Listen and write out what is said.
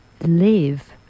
live